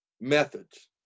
methods